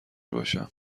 باشم